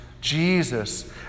Jesus